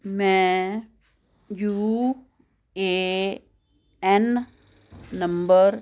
ਮੈਂ U A N number